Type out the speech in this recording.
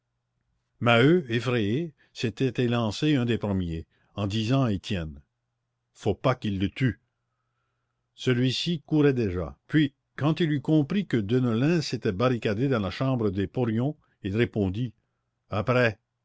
maheu effrayé s'était élancé un des premiers en disant à étienne faut pas qu'ils le tuent celui-ci courait déjà puis quand il eut compris que deneulin s'était barricadé dans la chambre des porions il répondit après